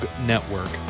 network